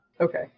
Okay